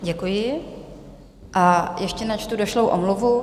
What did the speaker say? Děkuji a ještě načtu došlou omluvu.